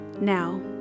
Now